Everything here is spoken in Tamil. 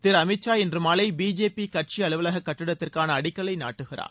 திரு அமித் ஷா இன்றுமாலை பிஜேபி கட்சி அலுவலக கட்டிடத்திற்கான அடிக்கல்லை நாட்டுகிறார்